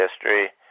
history